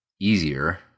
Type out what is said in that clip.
Easier